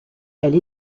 elle